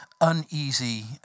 uneasy